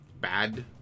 bad